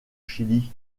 chili